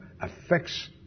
affects